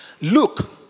Look